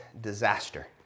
disaster